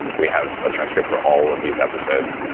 we have a transcript for all of these episodes,